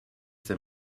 that